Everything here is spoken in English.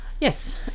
Yes